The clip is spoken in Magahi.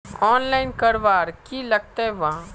आनलाईन करवार की लगते वा?